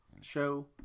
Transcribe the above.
Show